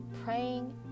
praying